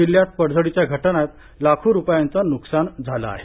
जिल्ह्यात पडझडीच्या घटनात लाखो रुपयांच न्कसान झालं आहे